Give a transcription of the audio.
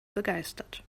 begeistert